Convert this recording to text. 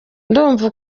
numvaga